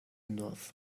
north